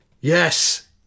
Yes